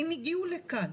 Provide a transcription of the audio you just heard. הם הגיעו לכאן